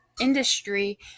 industry